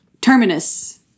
Terminus